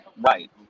right